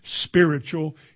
spiritual